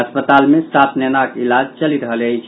अस्पताल मे सात नेनाक इलाज चलि रहल अछि